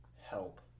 help